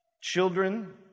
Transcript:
Children